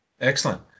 excellent